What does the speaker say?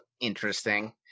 interesting